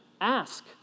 ask